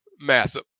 massive